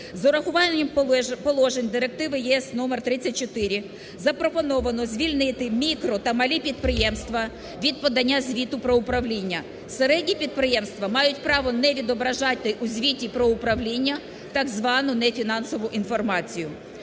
З урахуванням положень директиви ЄС № 34, запропоновано звільнити мікро та малі підприємства від подання звіту про управління. Середні підприємства мають право не відображати у звіті про управління так звану не фінансову інформацію.